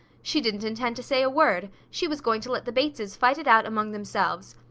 she didn't intend to say a word. she was going to let the bateses fight it out among themselves.